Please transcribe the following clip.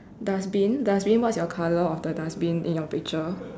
dustbin dustbin what is your colour of the dustbin in your picture